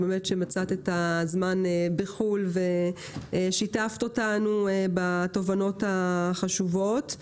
שמצאת את הזמן בחו"ל ושיתפת אותנו בתובנות החשובות.